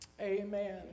Amen